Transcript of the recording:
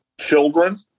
children